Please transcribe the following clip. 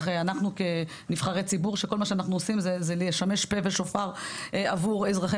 אנחנו כנבחרי ציבור שכל מה שאנחנו עושים זה לשמש פה ושופר עבור אזרחי